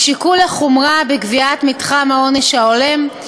שיקול לחומרה בקביעת מתחם העונש ההולם,